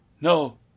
No